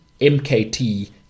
MKT